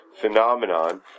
phenomenon